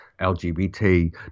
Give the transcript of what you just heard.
LGBT